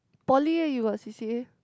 poly you got C_C_A